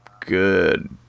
good